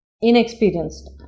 inexperienced